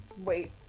wait